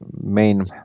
main